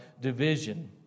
division